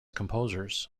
composers